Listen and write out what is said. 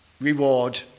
reward